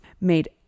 made